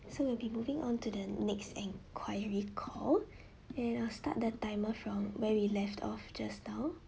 so we'll be moving on to the next enquiry call and I'll start the timer from where we left off just now